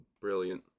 brilliant